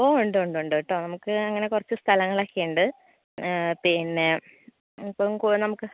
ഓ ഉണ്ട് ഉണ്ട് ഉണ്ട് കേട്ടോ നമുക്ക് അങ്ങനെ കുറച്ച് സ്ഥലങ്ങളൊക്കെ ഉണ്ട് പിന്നെ ഇപ്പം കോ നമുക്ക്